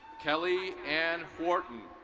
kelly anne horton.